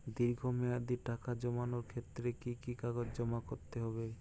দীর্ঘ মেয়াদি টাকা জমানোর ক্ষেত্রে কি কি কাগজ জমা করতে হবে?